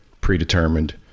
predetermined